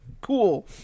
Cool